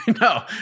No